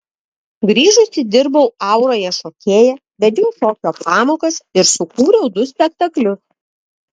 grįžusi dirbau auroje šokėja vedžiau šokio pamokas ir sukūriau du spektaklius